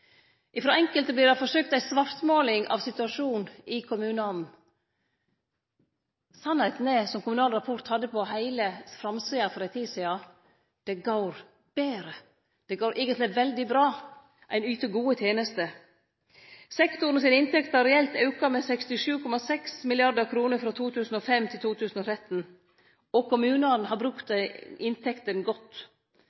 tenestene. Frå enkelte vert det forsøkt med ei svartmåling av situasjonen i kommunane. Sanninga er, som Kommunal Rapport hadde skrive på heile framsida for ei tid sidan, at det går betre. Det går eigentleg veldig bra. Ein yter gode tenester. Inntektene til sektoren har reelt auka med 67,6 mrd. kr frå 2005 til 2013, og kommunane har brukt